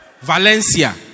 Valencia